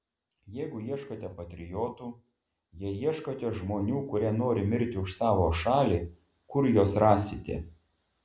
jeigu ieškote patriotų jei ieškote žmonių kurie nori mirti už savo šalį kur juos rasite